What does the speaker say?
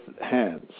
hands